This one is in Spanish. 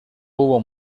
hubo